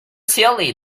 silly